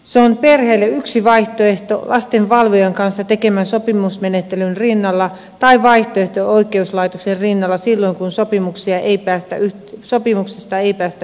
se on perheille yksi vaihtoehto lastenvalvojan kanssa tehdyn sopimusmenettelyn rinnalla tai vaihtoehto oikeuslaitoksen rinnalla silloin kun sopimuksista ei päästä yhteisymmärrykseen